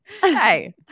Hey